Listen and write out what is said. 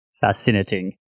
fascinating